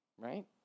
Right